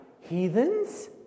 heathens